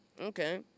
Okay